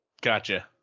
Gotcha